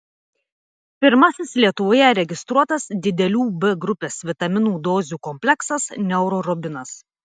pirmasis lietuvoje registruotas didelių b grupės vitaminų dozių kompleksas neurorubinas